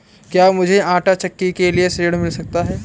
क्या मूझे आंटा चक्की के लिए ऋण मिल सकता है?